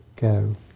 go